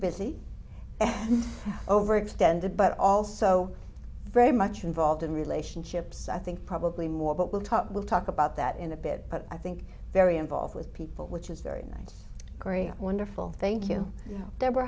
and overextended but also very much involved in relationships i think probably more but we'll talk we'll talk about that in a bit but i think very involved with people which is very nice very wonderful thank you deborah